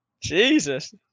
Jesus